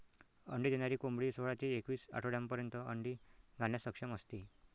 अंडी देणारी कोंबडी सोळा ते एकवीस आठवड्यांपर्यंत अंडी घालण्यास सक्षम असते